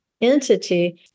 entity